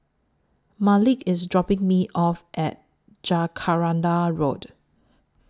Malik IS dropping Me off At Jacaranda Road